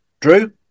Drew